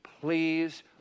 please